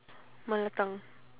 mala tang